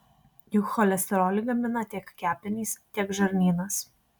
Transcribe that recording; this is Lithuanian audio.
juk cholesterolį gamina tiek kepenys tiek žarnynas